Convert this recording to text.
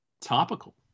Topical